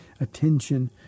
attention